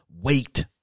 wait